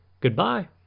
Goodbye